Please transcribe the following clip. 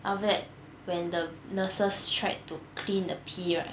then after that when the nurses tried to clean the pee right